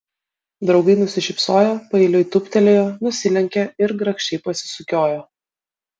draugai nusišypsojo paeiliui tūptelėjo nusilenkė ir grakščiai pasisukiojo